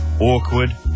Awkward